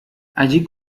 allí